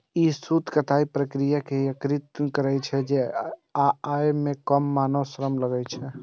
ई सूत कताइक प्रक्रिया कें यत्रीकृत करै छै आ अय मे कम मानव श्रम लागै छै